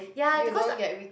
ya because